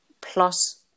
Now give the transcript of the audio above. plus